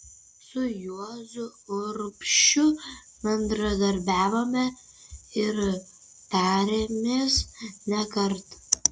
su juozu urbšiu bendradarbiavome ir tarėmės ne kartą